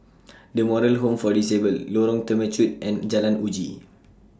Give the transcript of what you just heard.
The Moral Home For Disabled Lorong Temechut and Jalan Uji